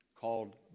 called